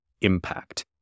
impact